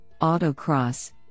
autocross